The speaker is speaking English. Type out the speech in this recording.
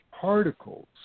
particles